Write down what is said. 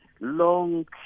long